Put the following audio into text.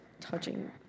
touching